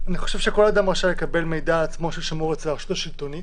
אני חושב שכל אדם רשאי לקבל מידע ששמור עליו ברשות שלטונית,